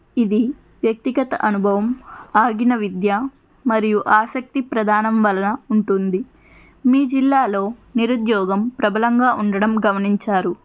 ఇది వ్యక్తిగత అనుభవం ఆగిన విద్య మరియు ఆసక్తి ప్రధానం వల్ల ఉంటుంది మీ జిల్లాలో నిరుద్యోగం ప్రభలంగా ఉండడం గమనించారు